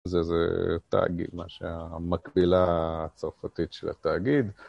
זה זה תאגיד, מה שהמקבילה הצרפתית של התאגיד.